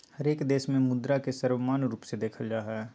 हरेक देश में मुद्रा के सर्वमान्य रूप से देखल जा हइ